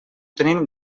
tenim